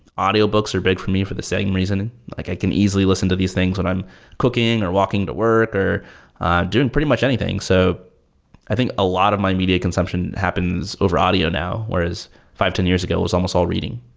audiobooks are big for me for the same reason. like i can easily listen to these things when i'm cooking, or walking to work, or doing pretty much anything. so i think a lot of my media consumption happens over audio now. whereas five, ten years ago, it was almost all reading.